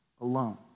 alone